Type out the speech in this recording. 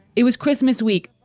it was christmas week,